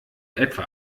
etwa